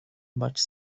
much